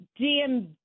DM